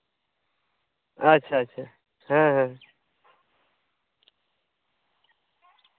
ᱟᱪᱪᱷᱟ ᱟᱪᱪᱷᱟ ᱦᱮᱸ ᱦᱮᱸ